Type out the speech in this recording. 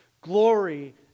Glory